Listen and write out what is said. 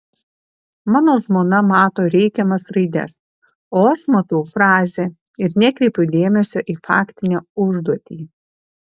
mano žmona mato reikiamas raides o aš matau frazę ir nekreipiu dėmesio į faktinę užduotį